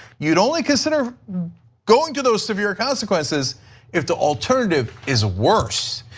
you would only consider going to those severe consequences if the alternative is worse.